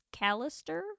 Callister